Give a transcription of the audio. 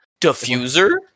Diffuser